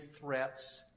threats